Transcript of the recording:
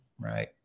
right